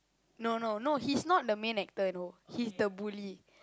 no no no he's not main actor you know he is the bully